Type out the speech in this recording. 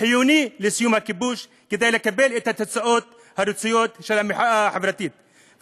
חיוני בסיום הכיבוש כדי לקבל את התוצאות הרצויות של המחאה החברתית.